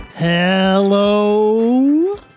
Hello